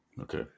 Okay